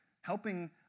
helping